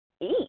eat